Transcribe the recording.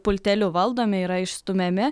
pulteliu valdomi yra išstumiami